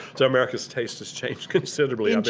so america's taste has changed considerably and